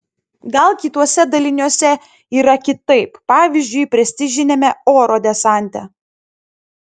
gal kituose daliniuose yra kitaip pavyzdžiui prestižiniame oro desante